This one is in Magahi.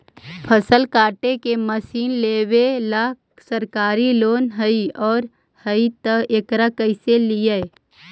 फसल काटे के मशीन लेबेला सरकारी लोन हई और हई त एकरा कैसे लियै?